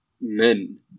men